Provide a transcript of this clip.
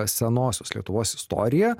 senosios lietuvos istoriją